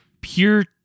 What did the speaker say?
pure